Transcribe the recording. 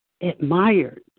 admired